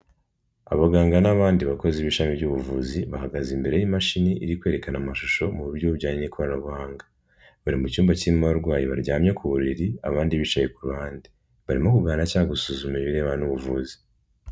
Abaganga n'abandi bakozi b'ishami by'ubuvuzi, bahagaze imbere y'imashini iri kwerekana amashusho mu buryo bujyanye n'ikoranabuhanga. Bari mu cyumba cy'abarwayi baryamye ku buriri, abandi bicaye ku ruhande. Barimo kuganira cyangwa gusuzuma ibirebana n' ubuvuzi.